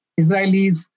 Israelis